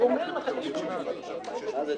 בבקשה,